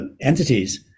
entities